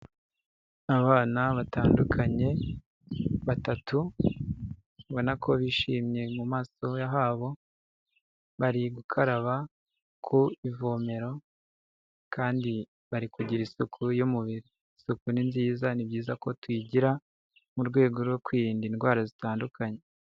Abana batandukanye; batatu ubona ko bishimye mu maso habo, bari gukaraba ku ivomero kandi bari kugira isuku y'umubiri. Isuku ni nziza ni byiza ko tuyigira mu rwego rwo kwirinda indwara zitandukanye.